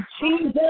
Jesus